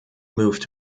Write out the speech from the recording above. moved